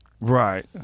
Right